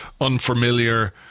unfamiliar